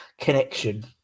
connection